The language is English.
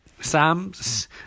sam's